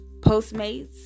postmates